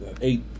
eight